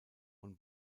von